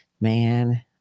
man